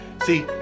See